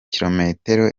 kilometero